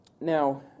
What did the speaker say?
now